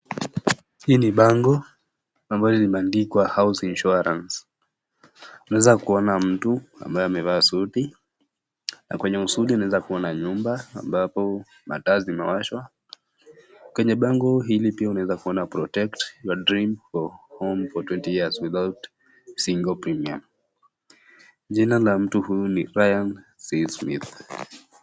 Hii ni bango ambayo limeandikwa house insurance . Unaweza kuona mtu ambaye amevaa suti na kwenye suti unaweza kuona nyumba ambapo mataa zimewashwa. Kwenye bango hili pia unaweza kuona Protect your dream home for twenty years without single premium . Jina la mtu huyu ni Ryan C. Smith.